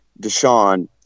Deshaun